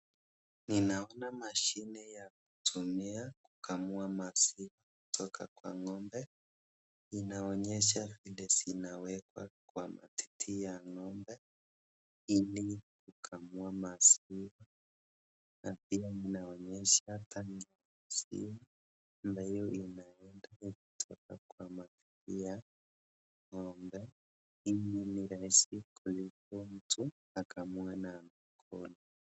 Ninaona machine ya kutumia kukamua maziwa kutoka kwa ng'ombe. Inaonesha inawekwa kwa matiti ya ng'ombe Ili kukamuwa maziwa